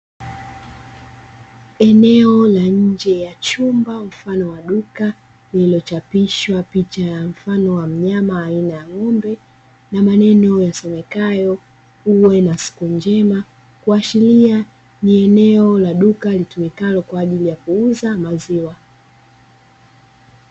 Eneo la nje ya chumba mfano wa duka lililochapishwa picha ya mfano wa mnyama aina ya ng'ombe na maneno yasomekayo "UWE NA SIKU NJEMA", Kuashiria ni eneo la duka litumikalo kwa ajili ya kuuza maziwa.